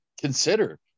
consider